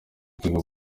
rwego